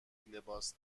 لباس